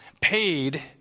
paid